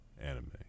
anime